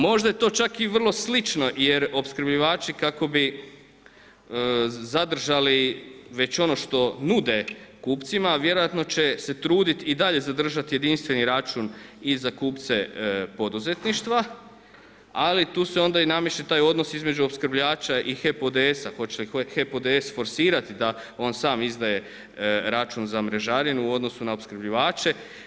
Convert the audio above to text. Možda je to čak i vrlo slično jer opskrbljivači kako bi zadržali već ono što nude kupcima a vjerojatno će se truditi i dalje zadržati jedinstveni račun i za kupce poduzetništva ali tu se onda i nameće taj odnosno između opskrbljivača i HEP ODS-a, hoće li HEP ODS forsirati da on sam izdaje račun za mrežarinu u odnosu na opskrbljivače.